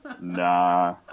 Nah